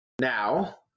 Now